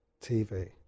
TV